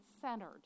centered